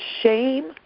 shame